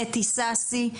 אתי סאסי,